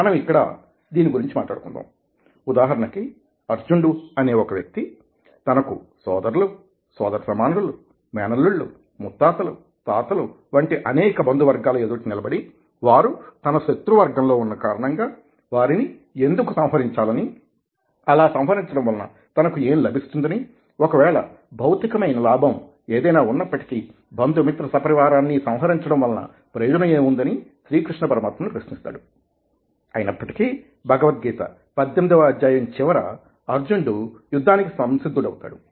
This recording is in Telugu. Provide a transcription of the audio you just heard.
మన ఇక్కడ దీని గురించి మాట్లాడుకుందాం ఉదాహరణకి అర్జునుడు అనే ఒక వ్యక్తి తనకు సోదరులు సోదర సమానులు మేనల్లుళ్ళు ముత్తాతలు తాతలు వంటి అనేక బంధు వర్గాల ఎదుట నిలబడి వారు తన శత్రువు వర్గంలో ఉన్నకారణంగా వారిని ఎందుకు సంహరించాలని అలా సంహరించడం వలన తనకు ఏం లభిస్తుందని ఒకవేళ భౌతికమైన లాభం ఏదైనా ఉన్నప్పటికీ బంధుమిత్ర సపరివారాన్నీ సంహరించడం వలన ప్రయోజనం ఏముంది అని శ్రీకృష్ణ పరమాత్మని ప్రశ్నిస్తాడు అయినప్పటికీ భగవద్గీత 18 వ అధ్యాయం చివర అర్జునుడు యుద్ధానికి సంసిద్ధుడవుతాడు